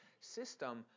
system